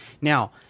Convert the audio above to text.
now